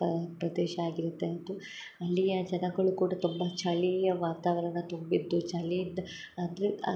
ಪಾ ಪ್ರದೇಶ ಆಗಿರುತ್ತೆ ಅದು ಅಲ್ಲಿಯ ಜನಗಳು ಕೂಡ ತುಂಬ ಚಳಿಯ ವಾತಾವರಣ ತುಂಬಿದ್ದು ಚಳಿಯಿಂದ ಅಂದರೆ